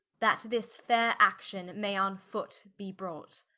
that this faire action may on foot be brought.